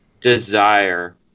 desire